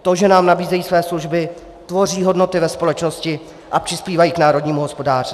To, že nám nabízejí své služby, tvoří hodnoty ve společnosti a přispívají k národnímu hospodářství.